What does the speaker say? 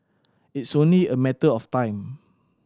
it's only a matter of time